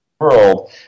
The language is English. world